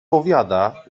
powiada